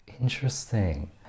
Interesting